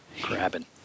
grabbing